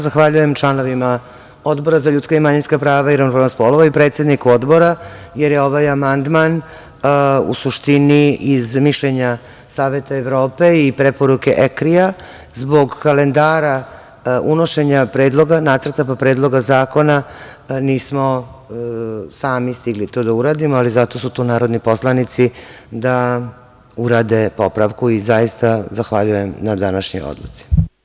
Zahvaljujem članovima Odbora za ljudska i manjinska prava i ravnopravnost polova i predsedniku Odbora, jer je ovaj amandman u suštini iz mišljenja Saveta Evrope i preporuke Ekrija zbog kalendara unošenja nacrta, pa predloga zakona nismo sami stigli to da uradimo, ali zato su tu narodni poslanici da urade popravku i zaista zahvaljujem na današnjoj odluci.